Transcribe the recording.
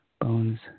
bones